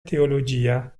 teologia